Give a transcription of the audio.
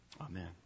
amen